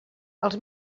els